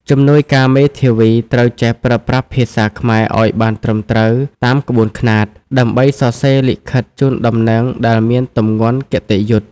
ជំនួយការមេធាវីត្រូវចេះប្រើប្រាស់ភាសាខ្មែរឱ្យបានត្រឹមត្រូវតាមក្បួនខ្នាត ដើម្បីសរសេរលិខិតជូនដំណឹងដែលមានទម្ងន់គតិយុត្តិ។